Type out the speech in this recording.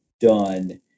done